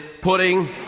putting